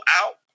out